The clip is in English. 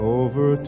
over